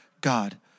God